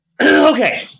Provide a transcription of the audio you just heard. Okay